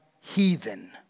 heathen